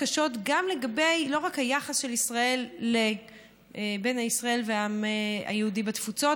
קשות לא רק לגבי היחס בין ישראל לעם היהודי בתפוצות,